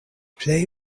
plej